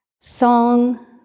Song